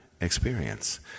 experience